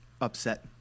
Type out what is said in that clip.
upset